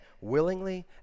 willingly